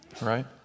right